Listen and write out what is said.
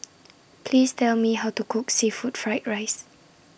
Please Tell Me How to Cook Seafood Fried Rice